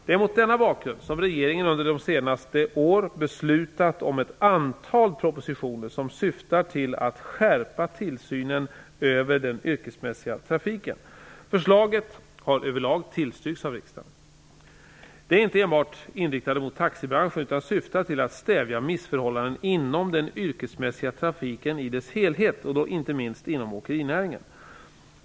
Det är mot denna bakgrund som regeringen under senare år har beslutat om ett antal propositioner som syftar till att skärpa tillsynen över den yrkesmässiga trafiken. Förslagen har överlag tillstyrkts av riksdagen. De är inte enbart inriktade mot taxibranschen utan syftar till att stävja missförhållanden inom den yrkesmässiga trafiken i dess helhet och då inte minst inom åkerinäringen.